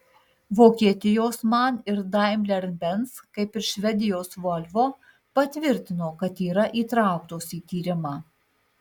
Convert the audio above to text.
vokietijos man ir daimler benz kaip ir švedijos volvo patvirtino kad yra įtrauktos į tyrimą